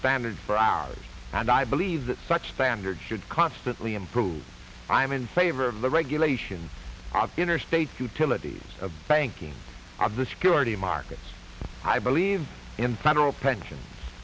standards for hours and i believe that such standards should constantly improve i am in favor of the regulations interstate utilities a banking of the security markets i believe in federal pensions